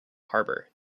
harbour